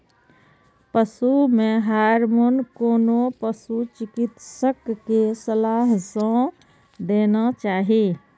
पशु मे हार्मोन कोनो पशु चिकित्सक के सलाह सं देना चाही